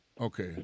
Okay